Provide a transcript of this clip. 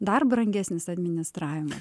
dar brangesnis administravimas